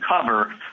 cover